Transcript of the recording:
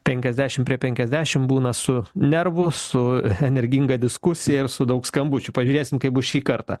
penkiasdešimt prie penkiasdešimt būna su nervų su energinga diskusija ir su daug skambučių pažiūrėsim kaip bus šį kartą